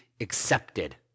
accepted